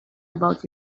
about